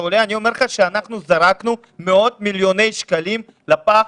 העלות אני אראה לך שזרקנו מאות-מיליוני שקלים לפח.